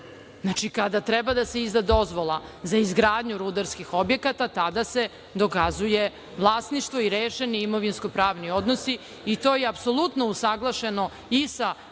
ranije? Znači, kada treba da se izda dozvola za izgradnju rudarskih objekata tada se dokazuje vlasništvo i rešeni imovinsko-pravni odnosi, i to je apsolutno usaglašeno i sa